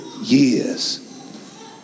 years